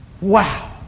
wow